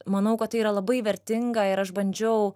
manau kad tai yra labai vertinga ir aš bandžiau